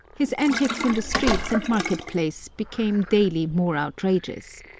his antics in the streets and market-place became daily more outrageous.